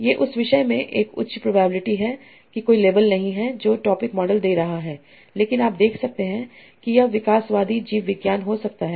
ये उस विषय में एक उच्च प्रोबेबिलिटी है कि कोई लेबल नहीं है जो टॉपिक मॉडल दे रहा है लेकिन आप देख सकते हैं कि यह एवोलूसनरी बायोलॉजी हो सकता है